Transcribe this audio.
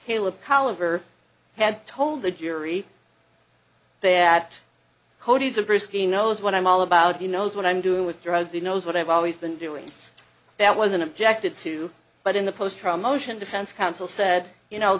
over had told the jury that cody's of risky knows what i'm all about you know what i'm doing with drugs he knows what i've always been doing that wasn't objected to but in the post from ocean defense counsel said you know